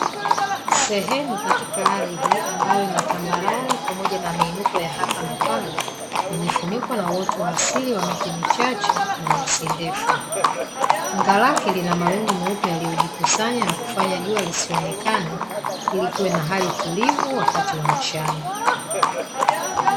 Sehemu katika ardhi ambayo ina tambarare pamoja na miinuko ya hapa na pale, imefunikwa na uoto wa asili wa miti michache na nyasi ndefu. Anga lake lina mawingu meupe yaliyojikusanya na kufanya jua lisionekane, ili kuwe na hali tulivu wakati wa mchana.